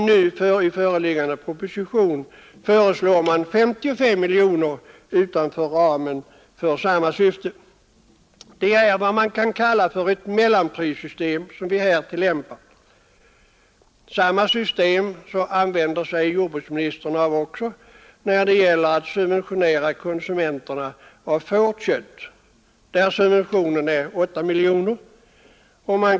I nu föreliggande proposition föreslås ca 55 miljoner kronor utanför ramen för detta syfte. Det är vad man kan kalla ett mellanprissystem som här tillämpas. Samma system använder sig jordbruksministern av när det gäller att subventionera konsumenterna av fårkött, där subventionen är 8 miljoner kronor.